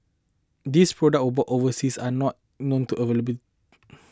these products were bought overseas and are not known to available